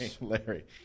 Larry